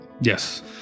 Yes